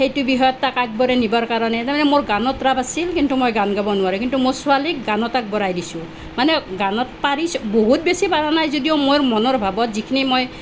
সেইটো বিষয়ত তাক আগবঢ়াই নিবৰ কাৰণে তাৰ মানে মোৰ গানত ৰাপ আছিল কিন্তু মই গান গাব নোৱাৰোঁ কিন্তু মোৰ ছোৱালীক গানত আগবঢ়াই দিছোঁ মানে গানত পাৰিছ বহুত বেছি পৰা নাই যদিও মোৰ মনৰ ভাবত যিখিনি মই